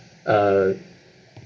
uh